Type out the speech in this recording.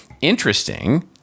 Interesting